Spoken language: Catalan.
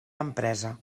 empresa